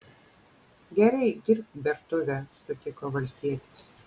gerai dirbk bertuvę sutiko valstietis